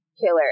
killer